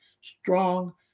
strong